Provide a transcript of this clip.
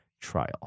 trial